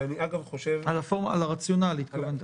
ואגב, אני חושב --- על הרציונליות של החקיקה.